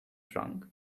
trunk